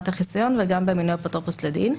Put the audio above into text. החיסיון וגם במינוי אפוטרופוס לדין.